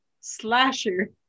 slasher